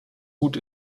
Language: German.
gut